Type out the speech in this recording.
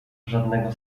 żadnego